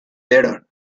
better